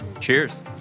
Cheers